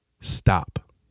Stop